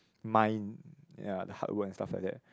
mind ya the hard work and stuff like that